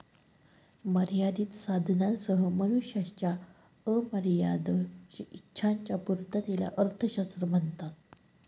मर्यादित साधनांसह मनुष्याच्या अमर्याद इच्छांच्या पूर्ततेला अर्थशास्त्र म्हणतात